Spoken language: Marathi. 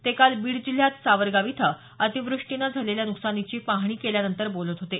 ते काल बीड जिल्ह्यात सावरगाव इथं अतिवृष्टीनं झालेल्या नुकसानाची पाहणी केल्यानंतर बोलत होते